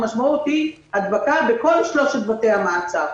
המשמעות היא הדבקה בכל שלושת בתי המעצר.